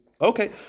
Okay